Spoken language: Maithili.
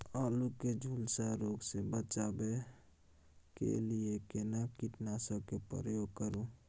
आलू के झुलसा रोग से बचाबै के लिए केना कीटनासक के प्रयोग करू